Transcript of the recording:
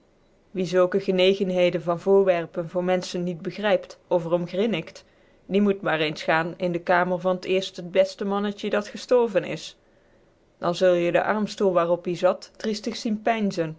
wie zulke genegenheden van voorwerpen voor menschen niet begrijpt of er om grinnikt die moet maar eens gaan in de kamer van t eerste t beste mannetje dat gestorven is dan zul je den armstoel waarop ie zat triestig zien